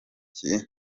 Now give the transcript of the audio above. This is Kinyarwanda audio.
kibungo